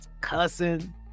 cussing